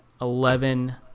eleven